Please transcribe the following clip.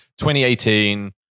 2018